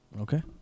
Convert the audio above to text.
Okay